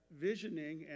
visioning